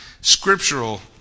scriptural